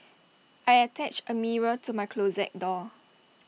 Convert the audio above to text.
I attached A mirror to my closet door